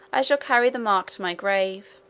i shall carry the mark to my grave.